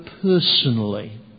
personally